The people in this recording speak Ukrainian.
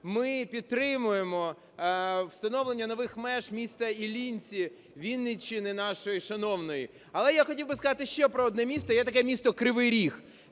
ми підтримуємо встановлення нових меж міста Іллінців Вінниччини нашої шановної. Але я хотів би сказати ще про одне місто, є таке місто Кривий Ріг.